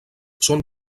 són